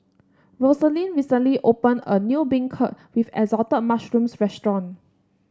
Rosalind recently opened a new beancurd with Assorted Mushrooms restaurant